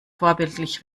vorbildlich